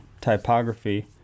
Typography